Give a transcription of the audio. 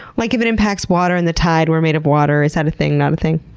like, if it impacts water and the tide, we're made of water, is that a thing? not a thing?